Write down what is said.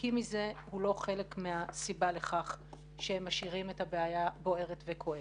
מפיקים מזה הוא לא חלק מהסיבה לכך שהם משאירים את הבעיה בוערת וכואבת.